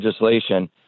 legislation